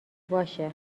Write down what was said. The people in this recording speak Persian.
باشه